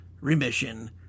Remission